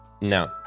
No